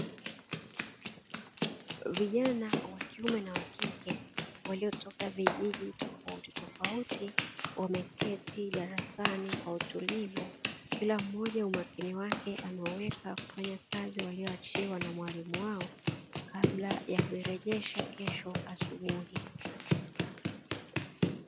Vijana wa kiume na wa kike waliotoka vijiji tofautitofauti wameketi darasani kwa utulivu, kila mmoja umakini wake ameuweka kufanya kazi aliyoachiwa na mwalimu wao kabla ya kuirejesha kesho asubuhi.